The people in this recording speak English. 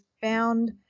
found